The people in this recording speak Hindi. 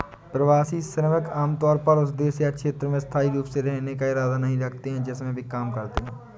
प्रवासी श्रमिक आमतौर पर उस देश या क्षेत्र में स्थायी रूप से रहने का इरादा नहीं रखते हैं जिसमें वे काम करते हैं